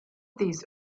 these